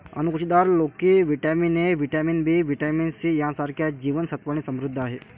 अणकुचीदार लोकी vitamin A, vitamin B, vitamin C यांसारख्या जीवन सत्त्वांनी समृद्ध आहे